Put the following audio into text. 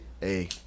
Hey